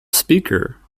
speaker